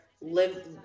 live